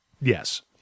Yes